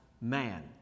man